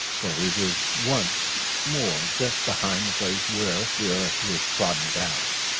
till he was once more just behind the place where the earth was trodden down.